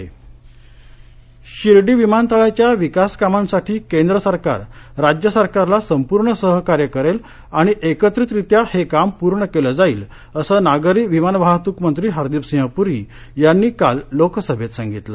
pre Shirdi विमानतळाच्या विकासकामांसाठी केंद्र सरकार राज्य सरकारला संपूर्ण सहकार्य करेल आणि एकत्रितरित्या हे काम पूर्ण केलं जाईल असं नागरी विमानवाहतूकमंत्री हरदीपसिंह पुरी यांनी काल लोकसभेत सांगितलं